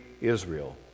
Israel